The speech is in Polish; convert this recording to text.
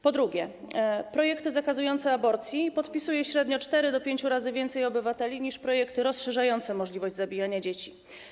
Po drugie, projekty zakazujące aborcji podpisuje średnio od czterech do pięciu razy więcej obywateli niż projekty rozszerzające możliwość zabijania dzieci.